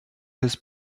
his